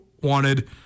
wanted